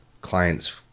clients